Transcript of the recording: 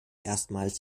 erstmals